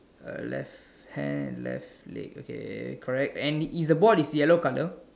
a left hand and left leg okay correct and is his board yellow colour